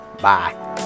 bye